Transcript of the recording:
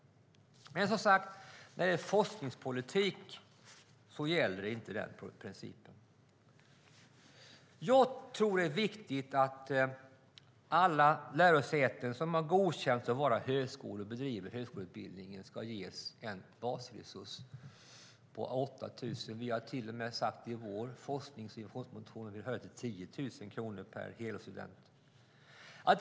Men som sagt, inom forskningspolitik gäller inte den principen. Jag tror att det är viktigt att alla lärosäten som bedriver högskoleutbildning ska ges en basresurs på 8 000 kronor. Vi har till och med sagt i vår forskningsmotion att vi vill höja beloppet till 10 000 kronor per helårsstudent.